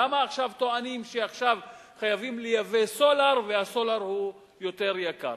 למה עכשיו טוענים שעכשיו חייבים לייבא סולר והסולר יותר יקר?